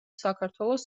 საქართველოს